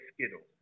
Skittles